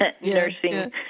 nursing